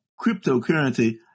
cryptocurrency